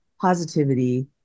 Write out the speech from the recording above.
positivity